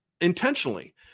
intentionally